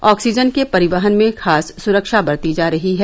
oxygen के परिवहन में खास सुरक्षा बरती जा रही है